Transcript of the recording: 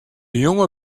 jonge